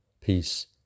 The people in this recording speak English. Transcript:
Peace